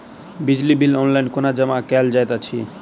बिजली bill online कोना जमा कएल जाइत अछि?